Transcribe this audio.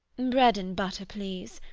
bread and butter, please.